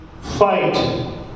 fight